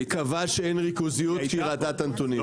קבעה שאין ריכוזיות כי היא ראתה את הנתונים.